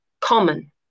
common